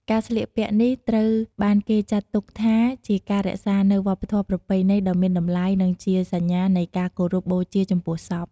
ការស្លៀកពាក់នេះត្រូវបានគេចាត់ទុកថាជាការរក្សានូវវប្បធម៍ប្រពៃណីដ៏មានតម្លៃ និងជាសញ្ញានៃការគោរពបូជាចំពោះសព។